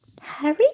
Harry